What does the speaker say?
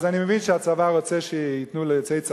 אז אני מבין שהצבא רוצה שייתנו ליוצאי צבא.